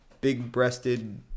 big-breasted